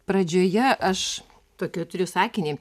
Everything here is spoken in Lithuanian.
pradžioje aš tokį turiu sakinį